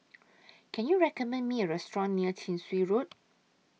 Can YOU recommend Me A Restaurant near Chin Swee Road